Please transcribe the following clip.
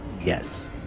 Yes